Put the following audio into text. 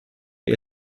est